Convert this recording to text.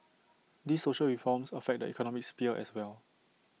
these social reforms affect the economic sphere as well